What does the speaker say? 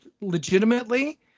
legitimately